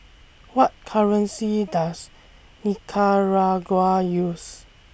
What currency Does Nicaragua use